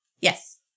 Yes